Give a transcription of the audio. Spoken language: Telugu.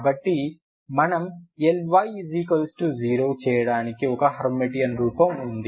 కాబట్టి మనం Ly 0 చేయడానికి ఒక హెర్మిటియన్ రూపం ఉంది